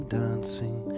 dancing